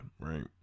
right